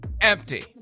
empty